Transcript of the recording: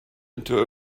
into